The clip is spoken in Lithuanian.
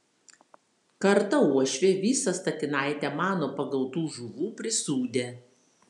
kartą uošvė visą statinaitę mano pagautų žuvų prisūdė